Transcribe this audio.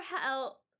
help